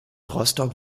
rostock